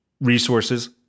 resources